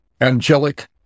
angelic